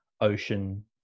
ocean